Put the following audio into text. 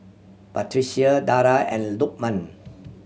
Batrisya Dara and Lukman